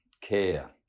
care